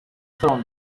thrown